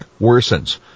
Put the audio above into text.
worsens